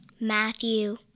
Matthew